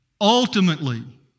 ultimately